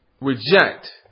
reject